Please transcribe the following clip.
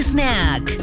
Snack